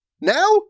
Now